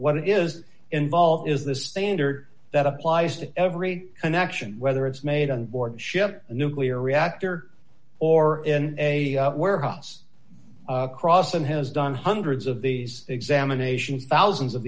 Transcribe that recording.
what is involved is the standard that applies to every connection whether it's made on board ship nuclear reactor or in a warehouse across and has done hundreds of these examinations thousands of